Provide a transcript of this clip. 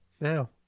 now